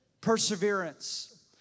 Perseverance